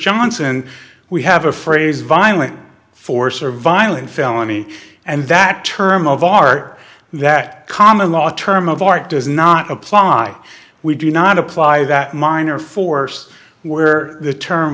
johnson we have a phrase violent force or violent felony and that term of art that common law term of art does not apply we do not apply that minor force where the term